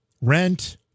Rent